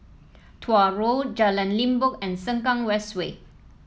Tuah Road Jalan Limbok and Sengkang West Way